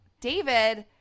David